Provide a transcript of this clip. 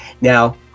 now